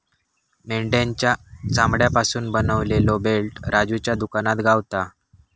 मेंढ्याच्या चामड्यापासून बनवलेलो बेल्ट राजूच्या दुकानात गावता